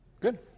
Good